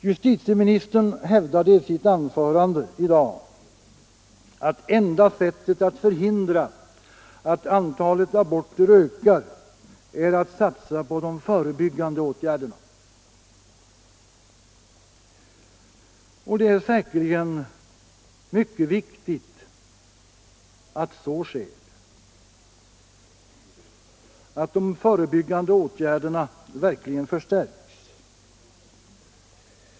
Justitieministern hävdade i sitt anförande tidigare i dag att enda sättet att förhindra att antalet aborter ökar är att satsa på de förebyggande åtgärderna, och det är säkerligen mycket viktigt att de förebyggande åtgärderna förstärks.